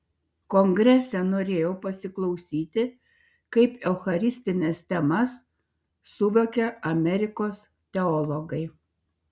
kongrese norėjau pasiklausyti kaip eucharistines temas suvokia amerikos teologai